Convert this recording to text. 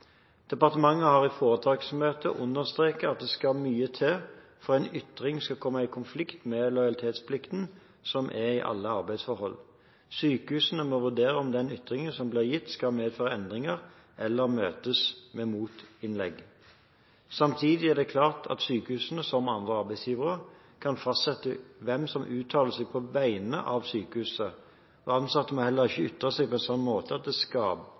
Departementet har i foretaksmøtene understreket at det skal mye til for at en ytring skal komme i konflikt med den lojalitetsplikten som er i alle arbeidsforhold. Sykehuset må vurdere om den ytringen som blir gitt, skal medføre endringer eller møtes med motinnlegg. Samtidig er det klart at sykehusene, som andre arbeidsgivere, kan fastsette hvem som uttaler seg på vegne av sykehuset, og ansatte må heller ikke ytre seg på en slik måte at det